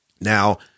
Now